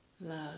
love